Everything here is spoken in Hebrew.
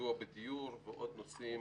סיוע בדיור ועוד נושאים